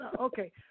Okay